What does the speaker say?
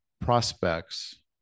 prospects